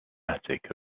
attic